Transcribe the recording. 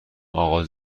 اقا